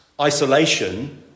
isolation